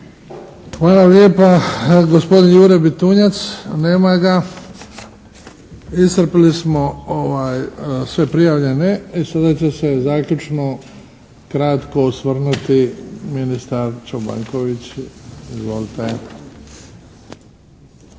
Hvala lijepa. Gospodin Jure Bitunjac. Nema ga. Iscrpili smo sve prijavljene. Sada će se zaključno kratko osvrnuti ministar Čobanković. Izvolite!